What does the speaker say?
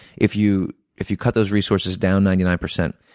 if you if you cut those resources down ninety nine percent,